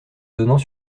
donnant